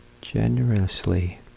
generously